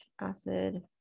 acid